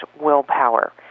willpower